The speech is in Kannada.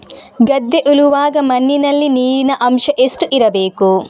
ಗದ್ದೆ ಉಳುವಾಗ ಮಣ್ಣಿನಲ್ಲಿ ನೀರಿನ ಅಂಶ ಎಷ್ಟು ಇರಬೇಕು?